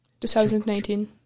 2019